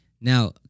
Now